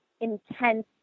intense